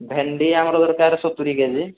ଭେଣ୍ଡି ଆମର ଦରକାର ସତୁରି କେ ଜି